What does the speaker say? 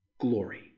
glory